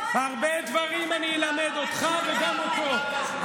הרבה דברים אני אלמד אותך וגם אותו,